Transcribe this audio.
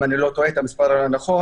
אם אני לא טועה במספר הנכון,